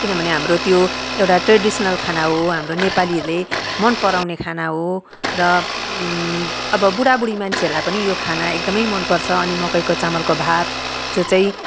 किनभने हाम्रो त्यो एउटा ट्रेडिसनल खाना हो हाम्रो नेपालीहरूले मन पराउने खाना हो र अब बुढा बुढी मान्छेहरूलाई पनि यो खाना एकदम मन पर्छ अनि मकैको चामलको भात जो चाहिँ